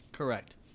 Correct